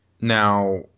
Now